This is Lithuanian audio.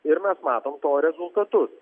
ir mes matom to rezultatus